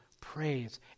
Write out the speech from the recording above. praise